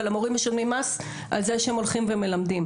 אבל המורים משלמים מס על זה שהם הולכים ומלמדים.